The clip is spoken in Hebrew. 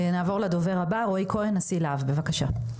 נעבור לדובר הבא, רועי כהן, נשיא להב, בבקשה.